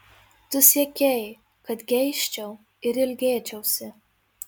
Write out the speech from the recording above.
tu siekei kad geisčiau ir ilgėčiausi